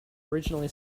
originally